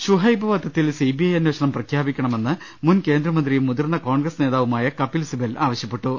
Shuhaib വധത്തിൽ CBI അന്വേഷണം പ്രഖ്യാ പിക്കണമെന്ന് മുൻ കേന്ദ്രമന്ത്രിയും മുതിർന്ന കോൺഗ്രസ് നേതാവുമായ കപിൽചസിബൽ ആവശ്യപ്പെട്ടു